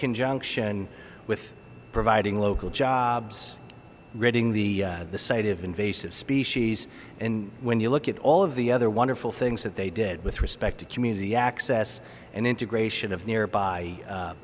conjunction with providing local jobs ridding the city of invasive species when you look at all of the other wonderful things that they did with respect to community access and integration of nearby